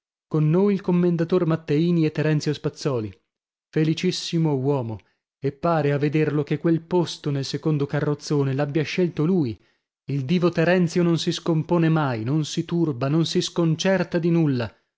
con noi il commendator matteini e terenzio spazzòli felicissimo uomo e pare a vederlo che quel posto nel secondo carrozzone l'abbia scelto lui il divo terenzio non si scompone mai non si turba non si sconcerta di nulla